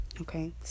okay